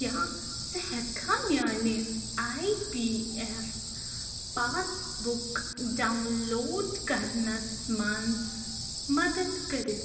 کیٛاہ ژٕ ہٮ۪کٕکھا میٛانہِ I P F passbook download کَرنس منٛز مدد کٔرِتھ